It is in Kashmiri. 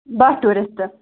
باہ ٹوٗرِسٹ